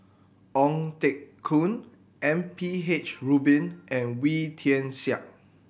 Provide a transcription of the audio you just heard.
Ong Teng Koon M P H Rubin and Wee Tian Siak